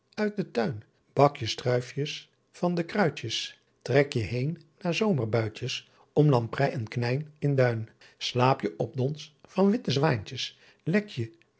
uit den tuin backje struifjes van de kruitjes treckje heen na zomerbuitjes om lamprey en knyn in duin slaepje op dons van witte zwaentjes